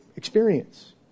Experience